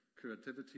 creativity